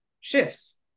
shifts